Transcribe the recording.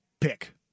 pick